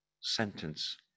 sentence